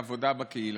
עבודה בקהילה.